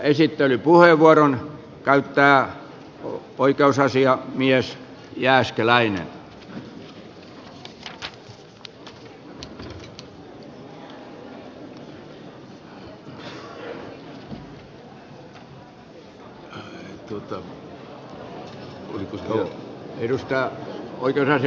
puhemiesneuvosto ehdottaa että asia lähetetään perustuslakivaliokuntaan